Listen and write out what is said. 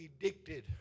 addicted